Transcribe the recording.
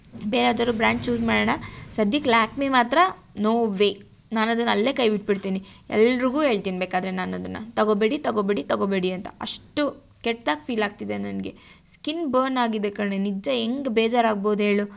ಬೇರೆ ಯಾವ್ದಾದ್ರು brand choose ಮಾಡೋಣ ಸದ್ಯಕ್ಕೆ ಲ್ಯಾಕ್ಮಿ ಮಾತ್ರ ನೋ ವೇ ನಾನು ಅದನ್ನು ಅಲ್ಲೇ ಕೈ ಬಿಟ್ಟುಡ್ತೀನಿ ಎಲ್ಲರಿಗು ಹೇಳ್ತಿನಿ ಬೇಕಾದರೆ ನಾನು ಅದನ್ನು ತಗೋಬೇಡಿ ತಗೋಬೇಡಿ ತಗೋಬೇಡಿ ಅಂತ ಅಷ್ಟು ಕೆಟ್ದಾಗಿ ಫೀಲಾಗ್ತಿದೆ ನನಗೆ ಸ್ಕಿನ್ ಬರ್ನ್ ಆಗಿದೆ ಕಣೆ ನಿಜ ಹೆಂಗ್ ಬೇಜಾರಾಗ್ಬೋದು ಹೇಳು